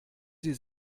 sie